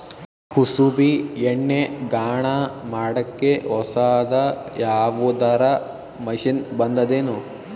ಕುಸುಬಿ ಎಣ್ಣೆ ಗಾಣಾ ಮಾಡಕ್ಕೆ ಹೊಸಾದ ಯಾವುದರ ಮಷಿನ್ ಬಂದದೆನು?